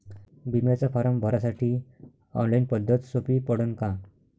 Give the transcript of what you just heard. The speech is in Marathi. बिम्याचा फारम भरासाठी ऑनलाईन पद्धत सोपी पडन का?